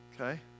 okay